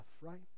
right